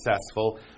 successful